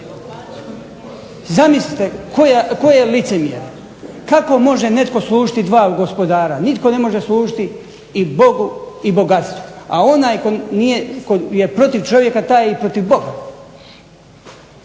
Zamislite koje licemjerje. Kako može netko služiti dva gospodara. Nitko ne može služiti i Bogu i bogatstvu, a onaj tko nije, tko je protiv čovjeka taj je i protiv Boga.